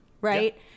right